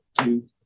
two